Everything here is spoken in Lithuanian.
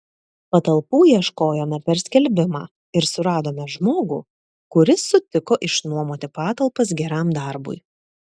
patalpų ieškojome per skelbimą ir suradome žmogų kuris sutiko išnuomoti patalpas geram darbui